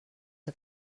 que